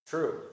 True